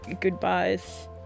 goodbyes